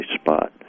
spot